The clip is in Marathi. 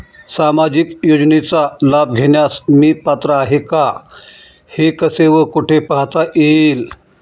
सामाजिक योजनेचा लाभ घेण्यास मी पात्र आहे का हे कसे व कुठे पाहता येईल?